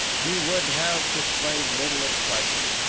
he would have displayed little excitement.